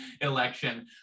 election